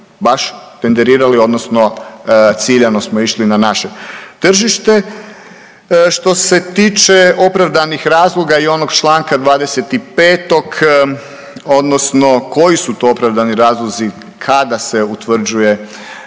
baš tenderirali, odnosno ciljano smo išli na naše tržište. Što se tiče opravdanih razloga i onog članka 25. Odnosno koji su to opravdani razlozi kada se utvrđuje